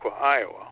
Iowa